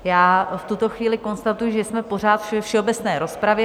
V tuto chvíli konstatuji, že jsme pořád ve všeobecné rozpravě.